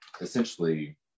essentially